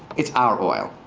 it's our oil.